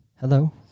Hello